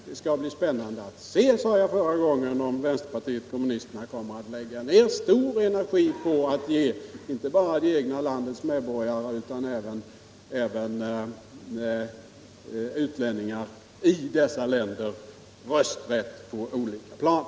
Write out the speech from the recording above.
Det skall verkligen bli spännande att se om vänsterpartiet kommunisterna kommer att lägga ned stor energi på att ge inte bara det egna landets medborgare utan även utlänningar i dessa länder rösträtt på olika plan.